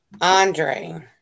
Andre